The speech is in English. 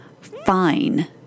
Fine